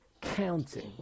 counting